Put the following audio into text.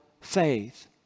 faith